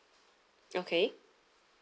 okay